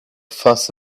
fuss